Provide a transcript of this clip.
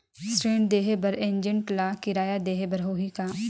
ऋण देहे बर एजेंट ला किराया देही बर होही का?